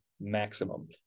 maximum